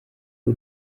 w’u